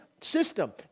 system